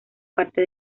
parte